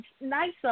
nicer